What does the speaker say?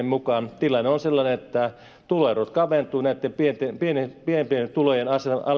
mukaan tilanne on sellainen että tuloerot kaventuvat pienempien tulojen